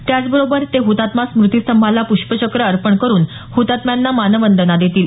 त्याचबरोबर ते हुतात्मा स्मृतीस्तंभाला पुष्पचक्र अर्पण करुन हतात्म्यांना मानवंदना देतील